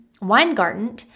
Weingarten